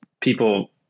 people